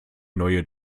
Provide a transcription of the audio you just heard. neue